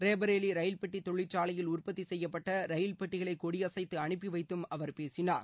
ரேபரேலி ரயில் பெட்டி தொழிற்சாலையில் உற்பத்தி செய்யப்பட்ட ரயில் பெட்டிகளை கொடியசைத்து அனுப்பி வைத்தும் அவர் பேசினார்